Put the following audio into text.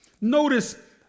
Notice